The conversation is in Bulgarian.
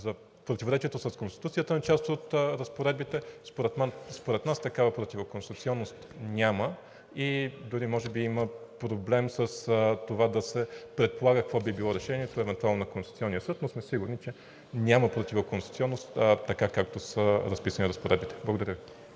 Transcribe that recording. за противоречието с Конституцията на част от разпоредбите. Според нас такава противоконституционност няма и дори може би има проблем с това да се предполага какво би било решението евентуално на Конституционния съд, но сме сигурни, че няма противоконституционност така, както са разписани разпоредбите. Благодаря Ви.